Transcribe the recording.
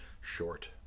short